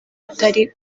utari